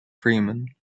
freeman